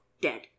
dead